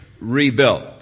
rebuilt